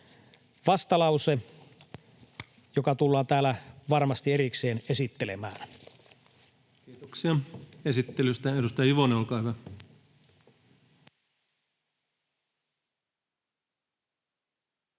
vastalause, joka tullaan täällä varmasti erikseen esittelemään. Kiitoksia esittelystä. — Edustaja Juvonen, olkaa hyvä.